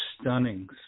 stunning